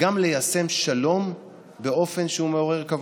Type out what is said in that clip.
וגם ליישם שלום באופן שהוא מעורר כבוד.